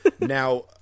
Now